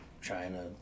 China